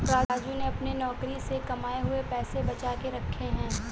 राजू ने अपने नौकरी से कमाए हुए पैसे बचा के रखे हैं